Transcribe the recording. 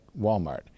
Walmart